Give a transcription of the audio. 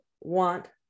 want